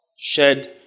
shed